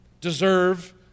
deserve